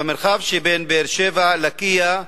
במרחב שבין באר-שבע, לקיה,